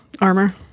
armor